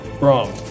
Wrong